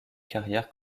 carrière